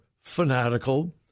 fanatical